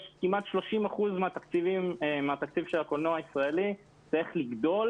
כמעט 30 אחוזים מהתקציב של הקולנוע הישראלי צריך לגדול